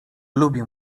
lubię